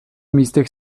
místech